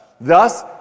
Thus